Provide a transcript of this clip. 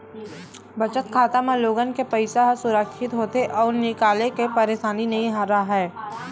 बचत खाता म लोगन के पइसा ह सुरक्छित होथे अउ निकाले के परसानी नइ राहय